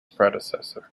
predecessor